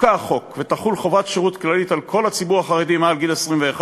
יפקע החוק ותחול חובת שירות כללית על כל הציבור החרדי מעל גיל 21,